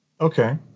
Okay